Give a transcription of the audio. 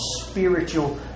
spiritual